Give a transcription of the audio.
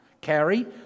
carry